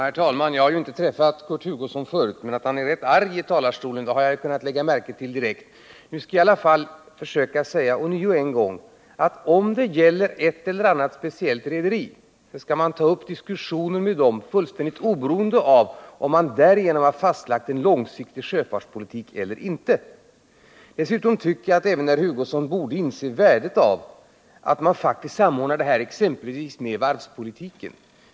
Herr talman! Jag har inte träffat Kurt Hugosson förut, men att han är rätt arg i talarstolen har jag kunnat lägga märke till direkt. Nu skall jag i alla fall än en gång säga, att om det gäller ett eller annat speciellt rederi, så skall man ta upp diskussionen med det, fullständigt oberoende av om man dessförinnan fastlagt en långsiktig sjöfartspolitik eller inte. Dessutom tycker jag att även herr Hugosson borde inse värdet av att man faktiskt samordnar det här med exempelvis varvspolitiken.